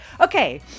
Okay